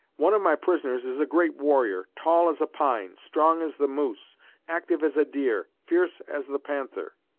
one of my prisoners is a great warrior tall as a pine strong as the moose active as a deer fierce as the panther!